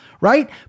right